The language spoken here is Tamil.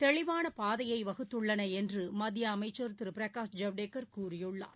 தெளிவான பாதையை வகுத்துள்ளன என்று மத்திய அமைச்சர் திரு பிரகாஷ் ஜவடேகர் கூறியுள்ளார்